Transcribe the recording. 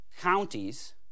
Counties